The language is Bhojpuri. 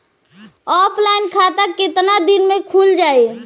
ऑफलाइन खाता केतना दिन के भीतर खुल जाई?